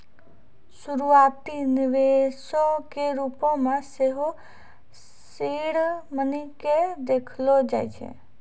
शुरुआती निवेशो के रुपो मे सेहो सीड मनी के देखलो जाय छै